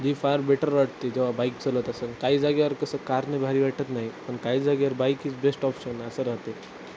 जी फार बेटर वाटते ती जेव्हा बाईक चालवत असताना काही जागेवर कसं कारनं भारी वाटत नाही पण काही जागेवर बाईक इज बेस्ट ऑप्शन असं राहते